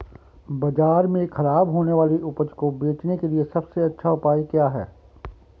बाजार में खराब होने वाली उपज को बेचने के लिए सबसे अच्छा उपाय क्या हैं?